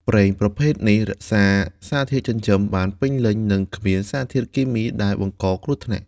ប្រេងប្រភេទនេះរក្សាសារធាតុចិញ្ចឹមបានពេញលេញ និងគ្មានសារធាតុគីមីដែលបង្កគ្រោះថ្នាក់។